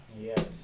Yes